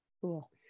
Cool